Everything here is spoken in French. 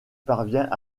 parvient